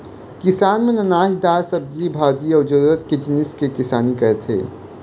किसान मन अनाज, दार, सब्जी भाजी अउ जरूरत के जिनिस के किसानी करथे